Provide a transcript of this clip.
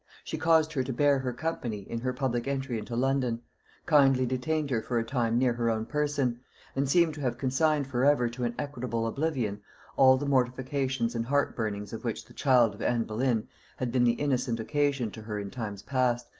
she caused her to bear her company in her public entry into london kindly detained her for a time near her own person and seemed to have consigned for ever to an equitable oblivion all the mortifications and heartburnings of which the child of anne boleyn had been the innocent occasion to her in times past,